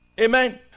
Amen